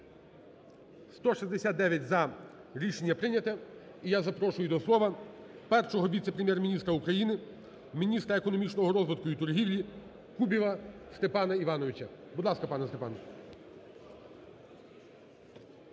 За-169 Рішення прийнято. І я запрошую до слова Першого віце-прем'єр-міністра України – міністра економічного розвитку і торгівлі Кубіва Степана Івановича. Будь ласка, пане Степане.